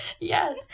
Yes